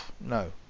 no